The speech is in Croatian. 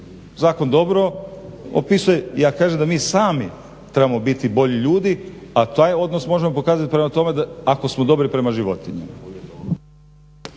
Zakon dobro opisuje. Ja kažem da mi sami trebamo biti bolji ljudi, a taj odnos možemo pokazati prema tome ako smo dobri prema životinjama.